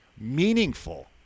meaningful